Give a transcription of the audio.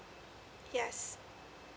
yes